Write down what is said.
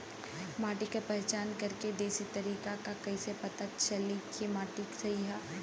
माटी क पहचान करके देशी तरीका का ह कईसे पता चली कि माटी सही ह?